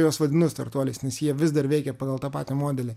juos vadinu startuoliais nes jie vis dar veikia pagal tą patį modelį